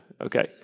Okay